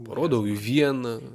parodau į vieną